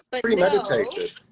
premeditated